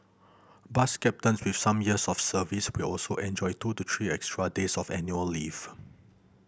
bus captains with some years of service will also enjoy two to three extra days of annual leave